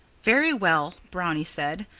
very well! brownie said.